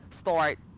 start